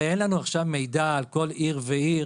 כי הרי אין לנו עכשיו מידע על כל עיר ועיר,